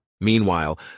Meanwhile